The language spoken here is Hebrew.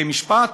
זה משפט?